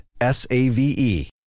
S-A-V-E